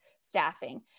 Staffing